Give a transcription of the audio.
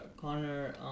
Connor